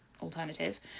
alternative